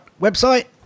website